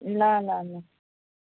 ल ल ल